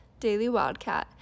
dailywildcat